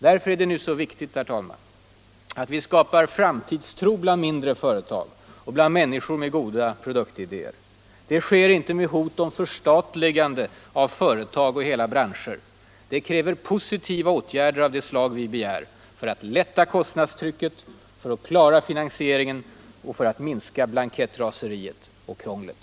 Därför är det nu så viktigt att vi skapar framtidstro bland mindre företag och bland människor med goda produktidéer. Det sker inte med hot om förstatligande av företag och hela branscher. Det kräver positiva åtgärder av det slag vi begär — för att lätta kostnadstrycket, för att klara finansieringen och för att minska blankettraseriet och krånglet.